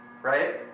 Right